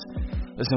Listen